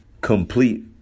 complete